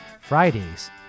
Fridays